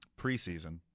preseason